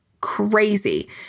crazy